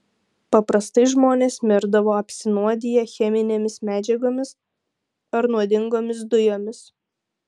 paprastai žmonės mirdavo apsinuodiję cheminėmis medžiagomis ar nuodingomis dujomis